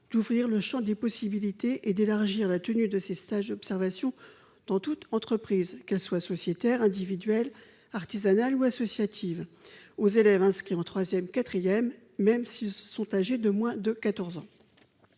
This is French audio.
d'ouvrir le champ des possibilités et d'élargir la tenue de ces stages d'observation dans toute entreprise, qu'elle soit sociétaire, individuelle, artisanale ou associative, aux élèves inscrits en troisième et en quatrième, même lorsqu'ils sont âgés de moins de 14 ans.